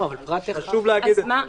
חשוב להגיד את זה.